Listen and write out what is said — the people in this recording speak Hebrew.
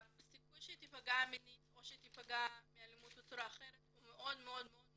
הסיכוי שהיא תיפגע מינית או מאלימות בצורה אחרת הוא מאוד גבוה.